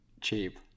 Cheap